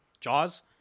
Jaws